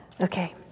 Okay